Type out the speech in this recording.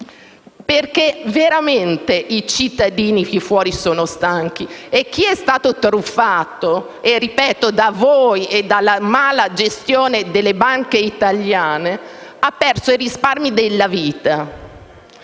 perché veramente i cittadini fuori sono stanchi e chi è stato truffato - ripeto, da voi e della male gestione delle banche italiane - ha perso i risparmi di una vita.